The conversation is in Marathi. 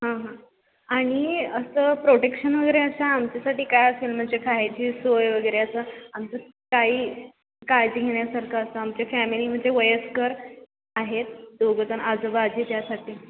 हां हां आणि असं प्रोटेक्शन वगैरे असं आमच्यासाठी काय असेल म्हणजे खायची सोय वगैरे असं आमचं काही काळजी घेण्यासारखं असं आमच्या फॅमिली म्हणजे वयस्कर आहेत दोघंजण आजोबा आजी त्यासाठी